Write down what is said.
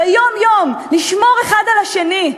לשמור האחד על השני.